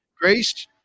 grace